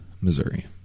Missouri